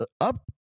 up